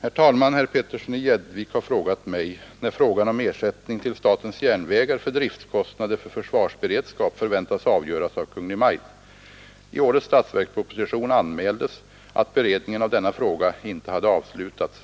Herr talman! Herr Petersson i Gäddvik har frågat mig när frågan om ersättning till SJ för driftkostnader för försvarsberedskap förväntas avgöras av Kungl. Maj:t. I årets statsverksproposition anmäldes att beredningen av denna fråga inte hade avslutats.